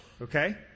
Okay